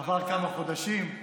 עברו כמה חודשים.